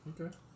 Okay